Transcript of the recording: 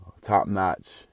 top-notch